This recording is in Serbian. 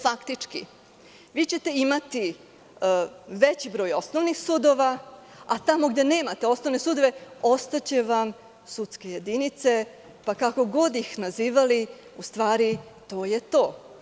Faktički ćete imati veći broj osnovnih sudova, a tamo gde nemate osnovne sudove ostaće vam sudske jedinice, pa kako god ih nazivali, u stvari to je to.